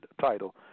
title